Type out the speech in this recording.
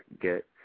get